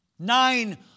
Nine